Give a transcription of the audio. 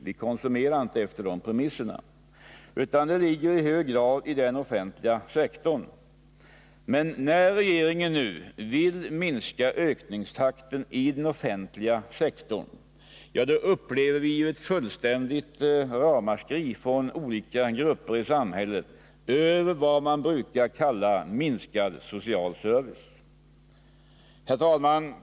Den ligger i stället i hög grad inom den offentliga sektorn. Men när regeringen nu vill minska ökningstakten i den offentliga sektorn höjs ett veritabelt ramaskri från olika grupper i samhället över vad man kallar ”minskande social service”. Herr talman!